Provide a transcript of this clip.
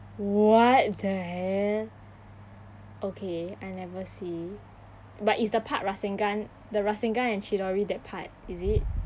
what the hell okay I never see but it's the part rasengan the rasengan and chidori that part is it